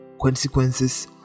Consequences